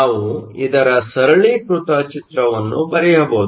ನಾವು ಇದರ ಸರಳೀಕೃತ ಚಿತ್ರವನ್ನು ಬರೆಯಬಹುದು